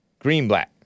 Greenblatt